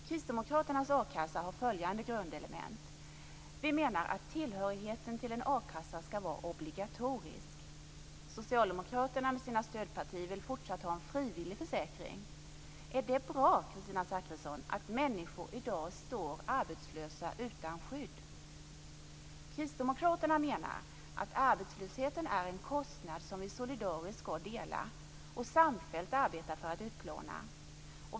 Kristdemokraternas a-kassa har följande grundelement. Vi menar att tillhörigheten till en a-kassa skall vara obligatorisk. Socialdemokraterna, tillsammans med sina stödpartier, vill fortsatt ha en frivillig försäkring. Är det bra, Kristina Zakrisson, att människor i dag står arbetslösa utan skydd? Kristdemokraterna menar att arbetslösheten är en kostnad som vi solidariskt skall dela och samfällt arbeta för att utplåna.